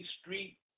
Street